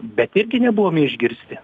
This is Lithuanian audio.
bet irgi nebuvome išgirsti